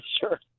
sure